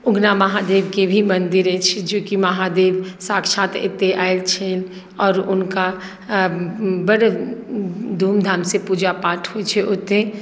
उगना महादेवके भी मन्दिर अछि जे कि महादेव साक्षात एतय आयल छै आओर हुनका बड़ धूमधामसँ पूजापाठ होइ छै ओतय